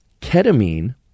Ketamine